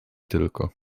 tylko